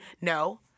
No